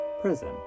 prison